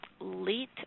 late